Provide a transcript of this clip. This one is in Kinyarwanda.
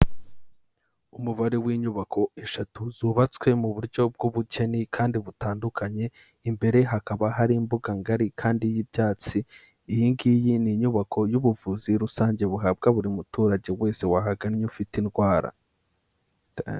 Umubare w'inyubako eshatu zubatswe mu buryo bw'ubugeni kandi butandukanye. Imbere hakaba hari imbuga ngari kandi y'ibyatsi. Iyi ngiyi ni inyubako y'ubuvuzi rusange buhabwa buri muturage wese wahagannye ufite indwara.